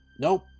Nope